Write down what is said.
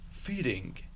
feeding